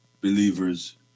believers